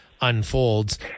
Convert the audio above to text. unfolds